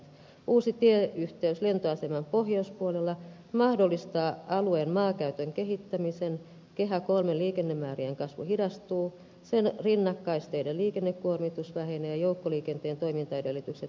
uusi tieyhteys lentoaseman pohjoispuolella mahdollistaa alueen maankäytön kehittämisen kehä iiin liikennemäärien kasvu hidastuu sen rinnakkaisteiden liikennekuormitus vähenee ja joukkoliikenteen toimintaedellytykset paranevat